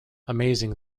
amazing